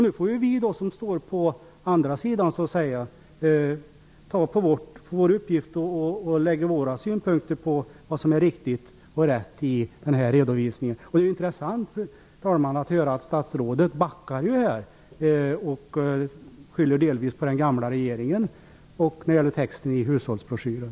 Nu får i stället vi, som står på nejsidan, ta som vår uppgift att framlägga våra synpunkter på vad som är rätt och riktigt i denna redovisning. Fru talman! Det är också intressant att höra att statsrådet backar och till en del skyller på den gamla regeringen när det gäller texten i hushållsbroschyren.